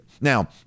Now